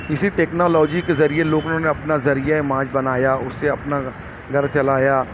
اسی ٹیکنالوجی کے ذریعے لوگوں نے اپنے ذریعۂ معاش بنایا اس سے اپنا گھر چلایا